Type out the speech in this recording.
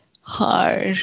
hard